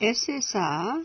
ssr